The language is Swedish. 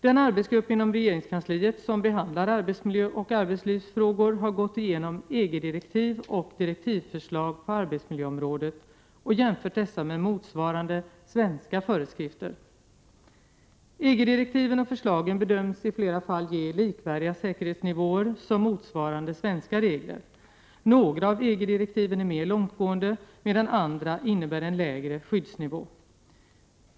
Den arbetsgrupp inom regeringskansliet som behandlar arbetsmiljöoch arbetslivsfrågor har gått igenom EG-direktiv och direktivförslag på arbetsmiljöområdet och jämfört dessa med motsvarande svenska föreskrifter. EG-direktiven och förslagen bedöms i flera fall ge likvärdiga säkerhetsnivåer som motsvarande svenska regler. Några av EG-direktiven är mer långtgående, medan andra innebär en lägre skyddsnivå.